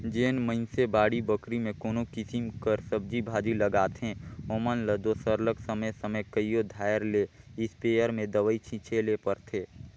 जेन मइनसे बाड़ी बखरी में कोनो किसिम कर सब्जी भाजी लगाथें ओमन ल दो सरलग समे समे कइयो धाएर ले इस्पेयर में दवई छींचे ले परथे